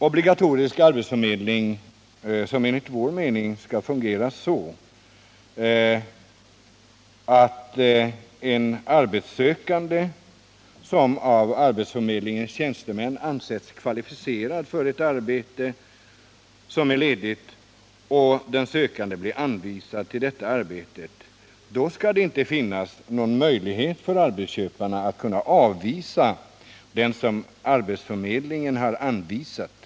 Obligatorisk arbetsförmedling skall enligt vår mening fungera så att om en arbetssökande av arbetsförmedlingens tjänstemän ansetts kvalificerad för ett arbete som ärledigt och den sökande blir anvisad detta arbete, då skall det inte finnas någon möjlighet för en arbetsköpare att avvisa den som arbetsförmedlingen anvisat.